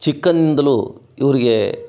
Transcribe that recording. ಚಿಕ್ಕಂದ್ಲೂ ಇವರಿಗೆ